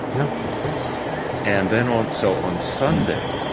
no that's good and then on so on sunday,